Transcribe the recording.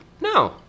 No